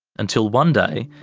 until one day,